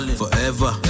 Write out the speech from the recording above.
forever